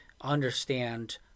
understand